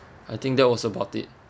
I think that was about it